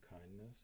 kindness